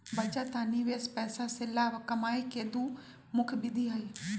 बचत आ निवेश पैसा से लाभ कमाय केँ दु प्रमुख विधि हइ